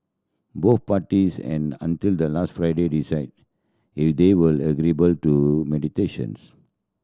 both parties an until the last Friday decide they were agreeable to meditations